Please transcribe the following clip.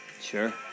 Sure